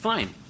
Fine